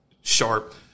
sharp